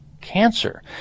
cancer